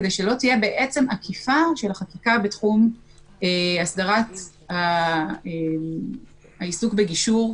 שלא תהיה עקיפה של החקיקה בתחום הסדרת העיסוק בגישור,